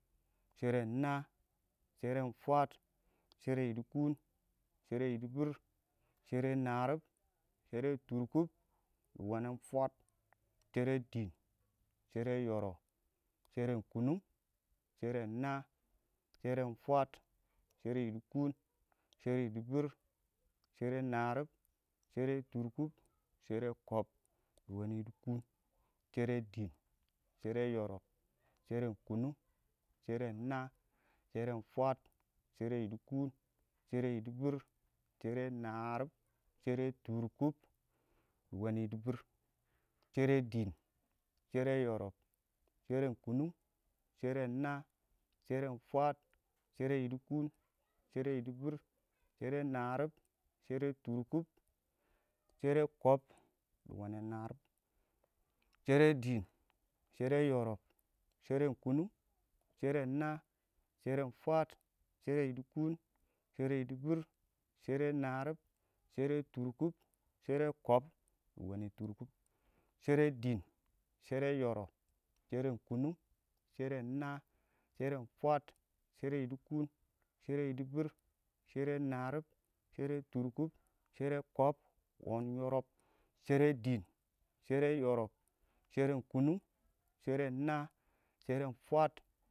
sheren naa, shɛrɛ yidi kʊn, shɛrɛ yidbir, shɛrɛ narʊb, shɛrɛ tʊrkʊb wanɛn fwaad, shɛrɛ dɪɪn, shɛrɛ yɔrɔb, shɛrɛ kʊnʊng, sheren naa, sheren fwaad, shɛrɛ yidikʊn, shɛrɛ yɪdɪbɪr, shɛrɛ narʊb, shɛrɛ tʊrkʊb, shɛrɛ kɔb, wanɛ yidikʊn, shɛrɛ dɪɪn, shɛrɛ yɔrɔb, shɛrɛ kʊkʊng, sheren naa, sheren fwaad, shɛrɛ yidikʊn, shɛrɛ yɪdɪbɪr, shɛrɛ narʊb, shɛrɛ tʊrkʊb, wanɛ yɪdɪbɪr, shɛrɛ dɪɪn, shɛrɛ yɔrɔb, sheren kʊnʊng, sheren naa, shɛrɛ fwaad, shɛrɛ yidikʊn, shɛrɛ yɪdɪbɪr, shɛrɛ narʊb, shɛrɛ yidikʊn, shɛrɛ yudubir, shɛrɛ narʊb, shɛrɛ tuʊkʊb, shɛrɛ yɪdɪbɪr, shɛrɛ narʊb, shɛrɛ tʊrkʊb, shɛrɛ kɔb, wanɛ narʊb, shɛrɛ dɪɪn, shɛrɛ yɔrɔb, shɛrɛ kʊmʊng, sheren naa, sheren fwaad, shɛrɛ yidikʊn, shɛrɛ kɔb, wanɔ tʊrkʊb, shɛrɛ dɪɪn, shɛrɛ yɔrɔb, sheren kʊnung, shɛrɛ naa, sheren fwaad, shɛrɛ yidikʊn, shɛrɛ yɪdɪbɪr, snere narʊb, shɛrɛ tʊrkʊb, shɛrɛ kɔb, wɔn yɔrɔb, shɛrɛ dɪɪn, shɛrɛ yɔrɔ, shɛrɛ kʊnʊng, shɔrɔ naa, shere fwaad